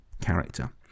character